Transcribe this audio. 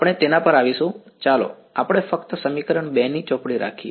આપણે તેના પર આવીશું ચાલો આપણે ફક્ત સમીકરણ 2 ની ચોપડી રાખીએ